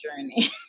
journey